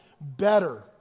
better